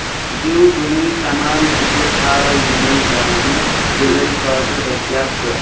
دیوبھوٗمی تمام چیٖز ہاو یِمن جلدی ڈیلوری خٲطرٕ دٔستیاب چھِ